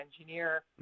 engineer